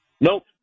nope